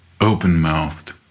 open-mouthed